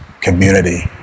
community